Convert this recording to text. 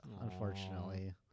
unfortunately